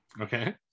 Okay